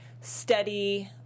steady